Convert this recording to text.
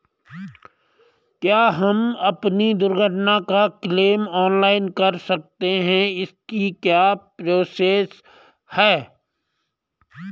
क्या हम अपनी दुर्घटना का क्लेम ऑनलाइन कर सकते हैं इसकी क्या प्रोसेस है?